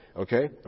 Okay